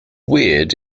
weird